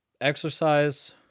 exercise